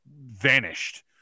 vanished